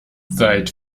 seit